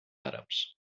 àrabs